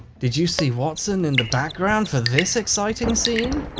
did you see watson in the background for this exciting scene?